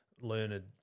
learned